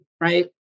right